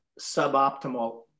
suboptimal